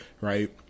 right